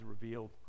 revealed